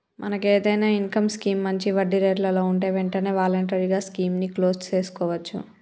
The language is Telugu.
మనకు ఏదైనా ఇన్కమ్ స్కీం మంచి వడ్డీ రేట్లలో ఉంటే వెంటనే వాలంటరీగా స్కీమ్ ని క్లోజ్ సేసుకోవచ్చు